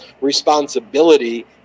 responsibility